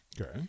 Okay